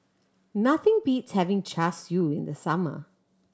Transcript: nothing beats having Char Siu in the summer